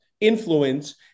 influence